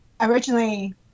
Originally